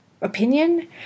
opinion